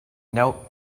now